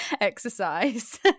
exercise